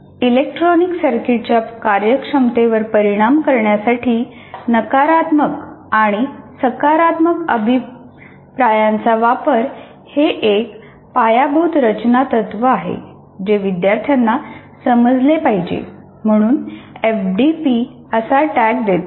electronic सर्किटच्या कार्यक्षमतेवर परिणाम करण्यासाठी नकारात्मक आणि सकारात्मक अभिप्रायांचा वापर हे एक पायाभूत रचना तत्व आहे जे विद्यार्थ्यांना समजले पाहिजे म्हणून एफडीपी असा टॅग देतो